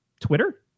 Twitter